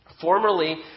Formerly